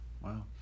wow